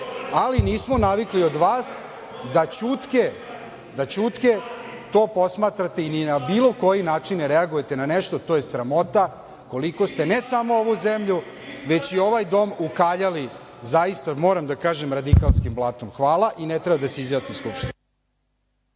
ali nismo navikli od vas da ćutke to posmatrate i da na bilo koji način ne reagujete. To je sramota koliko ste ne samo ovu zemlju, već i ovaj dom ukaljali, zaista, moram da kažem, radikalskim blatom. Hvala. Ne treba da se izjasni Skupština.